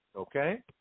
okay